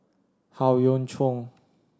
Howe Yoon Chong